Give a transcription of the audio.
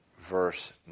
verse